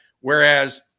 Whereas